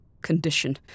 condition